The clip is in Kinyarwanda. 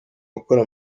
ugukora